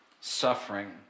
suffering